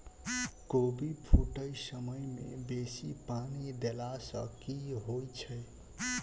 कोबी फूटै समय मे बेसी पानि देला सऽ की होइ छै?